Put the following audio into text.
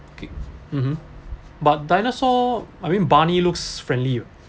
okay mmhmm but dinosaur I mean barney looks friendly oh